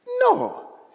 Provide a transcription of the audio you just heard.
No